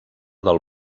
del